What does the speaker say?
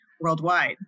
Worldwide